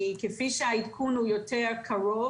כי כפי שהעדכון הוא יותר קרוב,